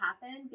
happen